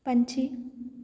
ਪੰਛੀ